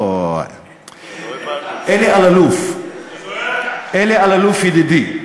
אלי אלאלוף ידידי,